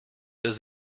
does